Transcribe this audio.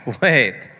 Wait